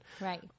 Right